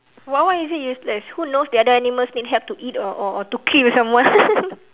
but why is it useless who knows the other animals need help to eat or or or to kill someone